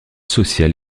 social